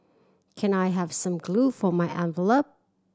can I have some glue for my envelope